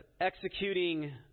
executing